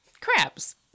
crabs